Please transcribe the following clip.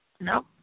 no